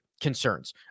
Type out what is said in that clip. concerns